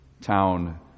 town